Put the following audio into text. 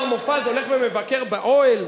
עכשיו, מר מופז הולך ומבקר באוהל.